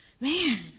man